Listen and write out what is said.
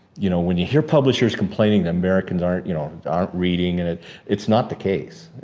you know when you hear publishers complaining that americans aren't you know aren't reading and it's not the case.